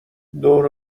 دور